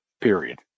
period